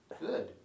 good